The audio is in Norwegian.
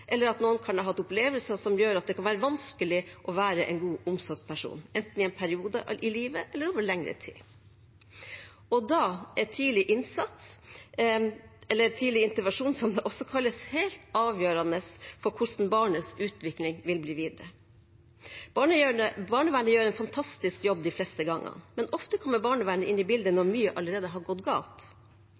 eller opplevelser man har hatt, kan gjøre det vanskelig å være en god omsorgsperson, enten i en periode i livet eller over lengre tid. Da er tidlig innsats – eller tidlig intervensjon, som det også kalles – helt avgjørende for hvordan barnets utvikling vil bli videre. Barnevernet gjør en fantastisk jobb de fleste gangene. Men ofte kommer barnevernet inn i bildet når mye allerede har gått galt.